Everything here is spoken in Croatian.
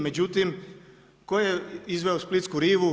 Međutim tko je izveo splitsku rivu?